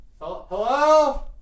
Hello